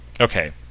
okay